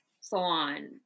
salon